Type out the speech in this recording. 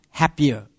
happier